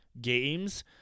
games